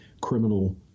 criminal